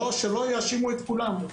שלא יאשימו את כולם.